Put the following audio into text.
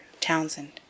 Townsend